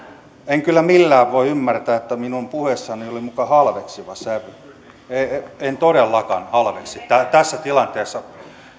en kyllä millään voi ymmärtää että minun puheessani oli muka halveksiva sävy en todellakaan halveksi tässä tilanteessa